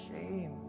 shame